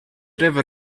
river